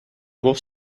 گفت